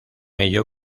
ello